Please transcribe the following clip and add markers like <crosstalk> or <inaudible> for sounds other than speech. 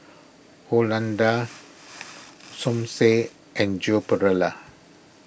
Han Lao Da <noise> Som Said and Joan Pereira